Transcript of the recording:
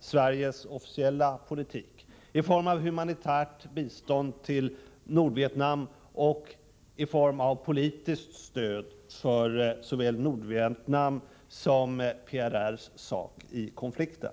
Sveriges officiella politik, i form av humanitärt bistånd till Nordvietnam och i form av politiskt stöd för såväl Nordvietnams som PRR:s sak i konflikten.